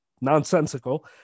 nonsensical